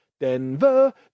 Denver